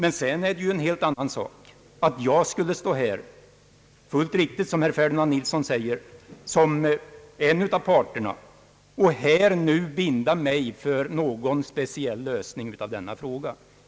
Sedan är det en helt annan sak om jag skulle stå här — fullt riktigt som herr Ferdinand Nilsson säger — såsom en av parterna och nu binda mig för någon speciell lösning av detta problem.